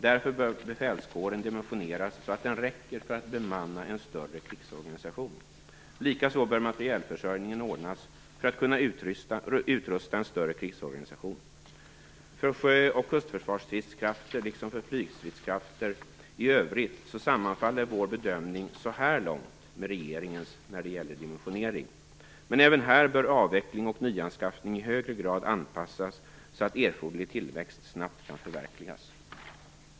Därför bör befälskåren dimensioneras så att den räcker för att bemanna en större krigsorganisation. Likaså bör materielförsörjningen ordnas för att kunna utrusta en större krigsorganisation. För sjö och kustförsvarsstridskrafter liksom för flygstridskrafter i övrigt sammanfaller vår bedömning så här långt med regeringens när det gäller dimensionering. Men även här bör avveckling och nyanskaffning i högre grad anpassas så att erforderlig tillväxt snabbt kan förverkligas.